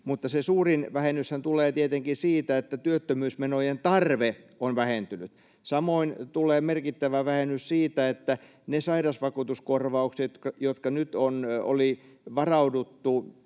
mutta se suurin vähennyshän tulee tietenkin siitä, että työttömyysmenojen tarve on vähentynyt. Samoin tulee merkittävä vähennys siitä, että niiden sairausvakuutuskorvausten määrä, jotka nyt oli varattu